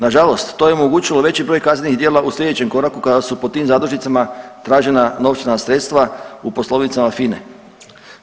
Na žalost to je omogućilo veći broj kaznenih djela u sljedećem koraku kada su po tim zadužnicama tražena novčana sredstva u poslovnicama FINA-e.